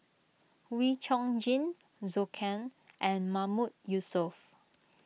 Wee Chong Jin Zhou Can and Mahmood Yusof